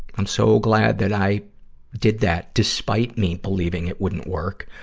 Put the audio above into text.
i'm so glad that i did that, despite me believing it wouldn't work,